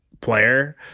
player